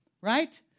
right